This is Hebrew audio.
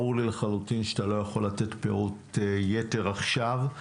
ברור לי לחלוטין שאתה לא יכול לתת פירוט יתר עכשיו.